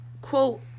quote